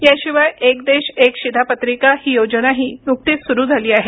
याशिवाय एक देश एक शिधापत्रिका ही योजनाही नुकतीच सुरू करण्यात आली आहे